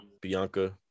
Bianca